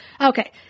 Okay